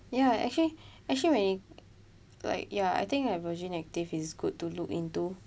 ya actually actually when it like ya I think like virgin active is good to look into